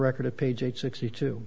record of page eight sixty two